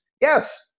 Yes